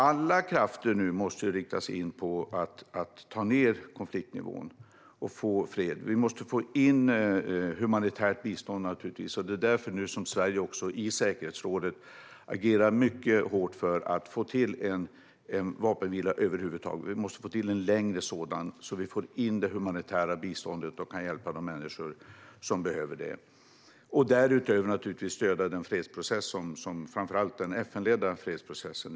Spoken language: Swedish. Alla krafter måste nu riktas in på att ta ned konfliktnivån. Vi måste naturligtvis få in humanitärt bistånd, och det är därför Sverige nu också i säkerhetsrådet agerar mycket hårt för att få till en vapenvila över huvud taget. Vi måste få till en längre sådan så att vi får in det humanitära biståndet och kan hjälpa de människor som behöver det. Därutöver ska vi stödja framför allt den FN-ledda fredsprocessen.